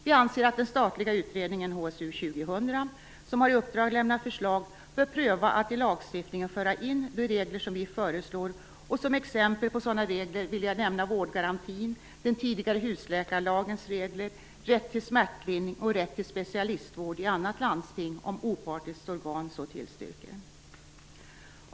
Vi anser att den statliga utredningen HSU 2000, som har i uppdrag att lämna förslag, bör pröva att i lagstiftningen föra in de regler som vi föreslår. Som exempel på sådana regler vill jag nämna vårdgarantin, den tidigare husläkarlagens regler, rätt till smärtlindring och rätt till specialistvård i annat landsting om opartiskt organ så tillstyrker.